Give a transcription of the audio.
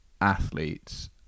athletes